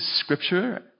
scripture